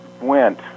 went